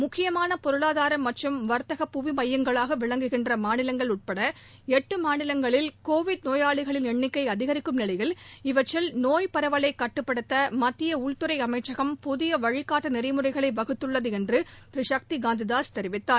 முக்கியமான பொருளாதார மற்றும் வாத்தக புவி மையங்களாக விளங்குகின்ற மாநிலங்கள் உட்பட எட்டு மாநிலங்களில் கோவிட் நோயாளிகளின் எண்ணிக்கை நோய் பரவலை கட்டுப்படுத்த மத்திய உள்துறை அமைச்சகம் புதிய வழிகாட்டு நெறிமுறைகளை வகுத்துள்ளது என்று திரு சக்தி காந்த தாஸ் தெரிவித்தார்